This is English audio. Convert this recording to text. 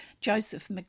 Joseph